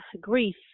grief